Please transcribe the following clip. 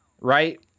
right